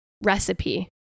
recipe